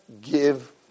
give